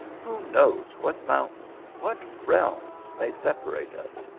who knows what mountains, what realms may separate us?